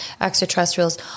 extraterrestrials